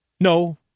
No